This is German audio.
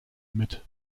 mit